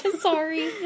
Sorry